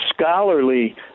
scholarly